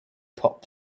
pop